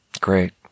great